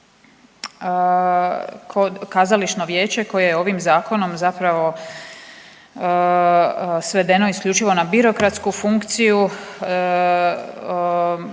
kod, kazališno vijeće koje je ovim zakonom zapravo svedeno isključivo na birokratsku funkciju